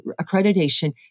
accreditation